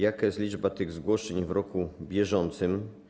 Jaka jest liczba takich zgłoszeń w roku bieżącym?